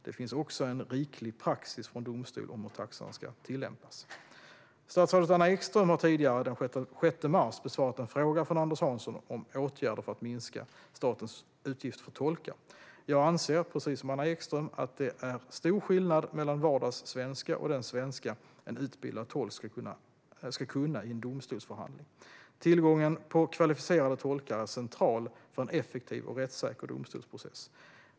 Det finns också en riklig praxis från domstol om hur taxan ska tillämpas. Statsrådet Anna Ekström har tidigare, den 6 mars, besvarat en fråga från Anders Hansson om åtgärder för att minska statens utgifter för tolkar. Jag anser, precis som Anna Ekström, att det är stor skillnad mellan vardagssvenska och den svenska en utbildad tolk ska kunna i en domstolsförhandling. Tillgången på kvalificerade tolkar är central för en effektiv och rättssäker domstolsprocess.